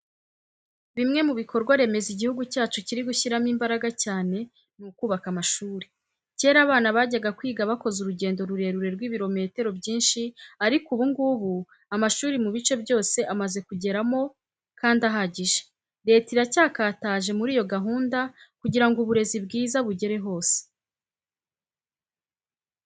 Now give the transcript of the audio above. Bimwe mu bikorwa remezo igihugu cyacu kiri gushyiramo imbaraga cyane ni ukubaka amashuri. Kera abana bajyaga kwiga bakoze urugendo rurerure rw'ibirometero byinshi ariko ubu ngubu amashuri mu bice byose amaze kugeramo kandi ahagije. Leta iracyakataje muri iyo gahunda kugira ngo uburezi bwiza bugere hose.